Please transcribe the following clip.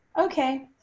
Okay